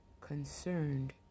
concerned